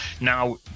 now